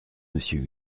monsieur